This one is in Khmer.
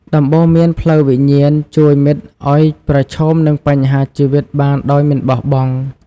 ដំបូន្មានផ្លូវវិញ្ញាណជួយមិត្តឲ្យប្រឈមនឹងបញ្ហាជីវិតបានដោយមិនបោះបង់។